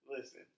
Listen